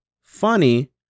funny